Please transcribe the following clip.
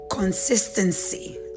consistency